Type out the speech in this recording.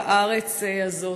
בארץ הזאת.